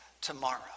tomorrow